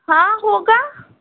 हाँ होगा